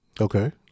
okay